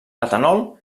etanol